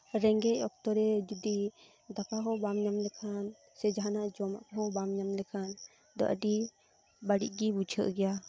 ᱨᱮᱸᱜᱮᱡ ᱚᱠᱛᱚ ᱨᱮ ᱡᱩᱫᱤ ᱫᱟᱠᱟᱦᱚᱸ ᱵᱟᱢ ᱡᱚᱢ ᱞᱮᱠᱷᱟᱱ ᱥᱮ ᱡᱟᱦᱟᱱᱜ ᱡᱚᱢᱦᱚᱸ ᱵᱟᱢ ᱧᱟᱢ ᱞᱮᱠᱷᱟᱱ ᱛᱚ ᱟᱹᱰᱤ ᱵᱟᱹᱲᱤᱡ ᱜᱮ ᱵᱩᱡᱷᱟᱹᱜ ᱜᱮᱭᱟ